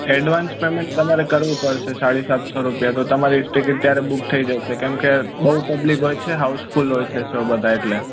advance payment તમારે કરવું પડશે સાડીસાતસો રૂપિયા તો તમારી ટિકિટ ત્યારે બૂક થઈ જશે કેમકે બહુ પબ્લિક છે હાઉસફૂલ હોય છે શો બધા એટલે